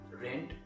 rent